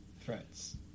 threats